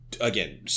again